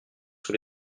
sur